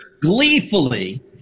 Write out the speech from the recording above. gleefully